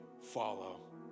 follow